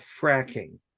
fracking